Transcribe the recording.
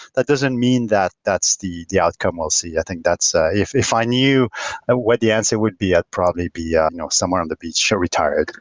that doesn't mean that that's the the outcome we'll see. i think that's ah if if i knew ah what the answer would be, i'd probably be yeah you know somewhere on the beach, so retired.